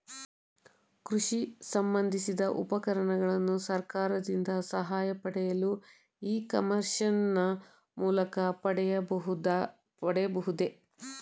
ಕೃಷಿ ಸಂಬಂದಿಸಿದ ಉಪಕರಣಗಳನ್ನು ಸರ್ಕಾರದಿಂದ ಸಹಾಯ ಪಡೆಯಲು ಇ ಕಾಮರ್ಸ್ ನ ಮೂಲಕ ಪಡೆಯಬಹುದೇ?